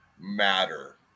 matter